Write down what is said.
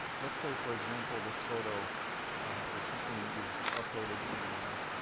let's say, for example, this photo is something that you've uploaded somewhere,